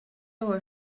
were